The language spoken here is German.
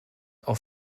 auf